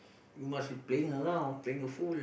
you must be playing around playing a fool